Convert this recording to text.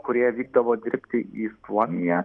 kurie vykdavo dirbti į suomiją